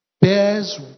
Bears